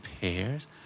pairs